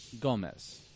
Gomez